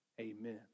amen